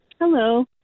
Hello